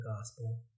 gospel